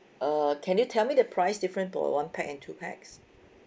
uh can you tell me the price different for one pax and two pax